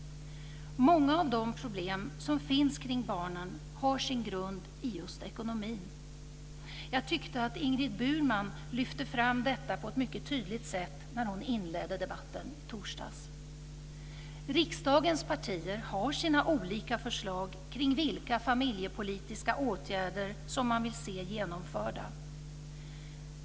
Många av de problem som finns kring barnen har sin grund i just ekonomin. Jag tyckte att Ingrid Burman lyfte fram detta på ett mycket tydligt sätt när hon inledde debatten i torsdags. Riksdagens partier har sina olika förslag kring vilka familjepolitiska åtgärder som man vill se genomförda.